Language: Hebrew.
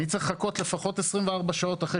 אני צריך לחכות לפחות 24 שעות אחרי